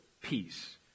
peace